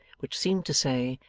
which seemed to say,